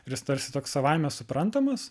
ir jis tarsi toks savaime suprantamas